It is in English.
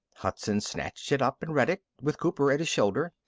hudson snatched it up and read it, with cooper at his shoulder.